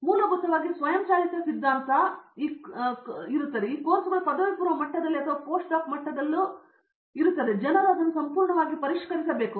ಮೂಲಭೂತವಾಗಿ ಸ್ವಯಂಚಾಲಿತ ಸಿದ್ಧಾಂತ ಈ ಕೋರ್ಸುಗಳು ಪದವಿಪೂರ್ವ ಮಟ್ಟದಲ್ಲಿ ಅಥವಾ ಪೋಸ್ಟ್ ಪದವೀಧರ ಮಟ್ಟದಲ್ಲಿ ಜನರನ್ನು ಸಂಪೂರ್ಣವಾಗಿ ಪರಿಷ್ಕರಿಸಬೇಕು